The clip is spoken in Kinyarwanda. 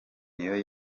niyo